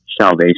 salvation